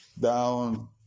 down